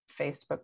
Facebook